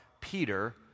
Peter